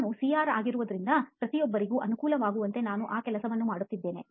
ನಾನು CR ಆಗಿರುವುದರಿಂದ ಪ್ರತಿಯೊಬ್ಬರಿಗೂ ಅನುಕೂಲವಾಗುವಂತೆ ನಾನು ಆ ಕೆಲಸವನ್ನು ಮಾಡುತ್ತಿದ್ದೇನೆ